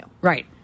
Right